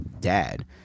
Dad